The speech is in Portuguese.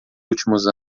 últimos